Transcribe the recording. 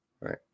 right